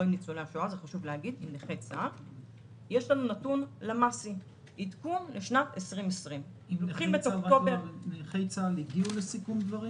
יש לנו נתון למ"סי עדכון לשנת 2020. עם נכי צה"ל הגיעו לסיכום דברים?